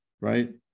right